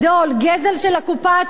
גזל של הקופה הציבורית,